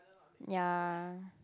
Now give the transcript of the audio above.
ya